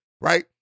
right